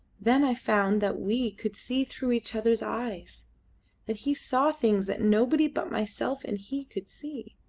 then i found that we could see through each other's eyes that he saw things that nobody but myself and he could see.